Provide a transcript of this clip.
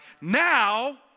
now